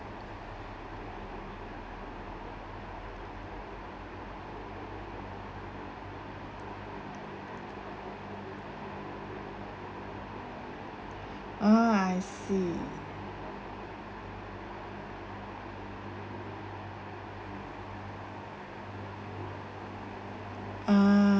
oh I see ah